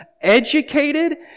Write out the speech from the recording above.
educated